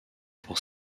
pour